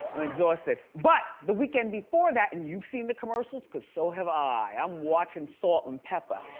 exhausted. but the weekend before that and you've seen the commercials cos so have i. i'm watching salt-n-pepa.